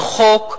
רחוק,